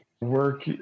work